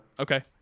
Okay